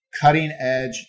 cutting-edge